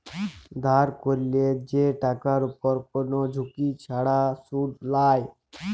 ধার ক্যরলে যে টাকার উপরে কোন ঝুঁকি ছাড়া শুধ লায়